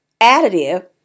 additive